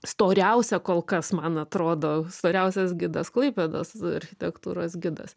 storiausia kol kas man atrodo svariausias gidas klaipėdos architektūros gidas